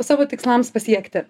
savo tikslams pasiekti